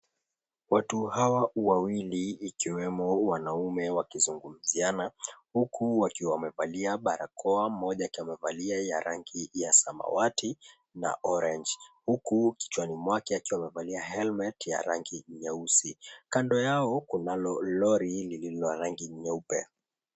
Watu hawa wawili ikiwemo wanaume wakizungumziana huku wakiwa wamevalia barakoa, mmoja akiwa amevalia ya rangi samawati na orange huku kichwani mwake akiwa amevalia helmet ya rangi nyeusi, kando yao kunalo lori lililo na rangi nyeupe.